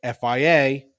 FIA